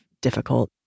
difficult